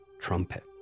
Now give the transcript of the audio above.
trumpet